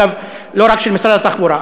לא רק של משרד התחבורה.